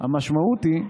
המשמעות היא,